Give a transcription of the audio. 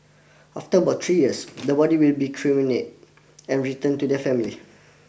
after about three years the body will be and returned to the family